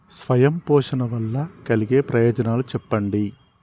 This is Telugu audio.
స్వయం పోషణ వల్ల కలిగే ప్రయోజనాలు చెప్పండి?